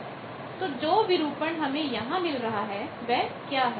तो जो विरूपण distortion डिस्टॉरशन हमें यहां मिल रहा है वह क्या है